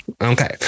Okay